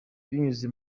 binyuze